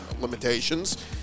limitations